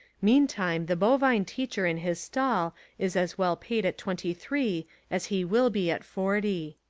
meantime, the bovine teacher in his stall is as well paid at twenty three as he will be at forty.